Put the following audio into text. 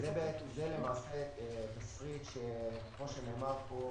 זה למעשה תסריט שכפי שנאמר פה,